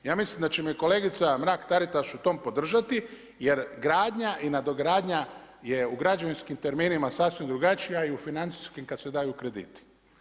Ja mislim da će me kolegica Mrak Taritaš u tom podržati, jer gradnja i nadogradnja je u građevinskim terminima sasvim drugačija i u financijskim kada se daju krediti.